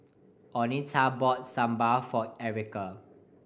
Oneta bought Sambar for Erika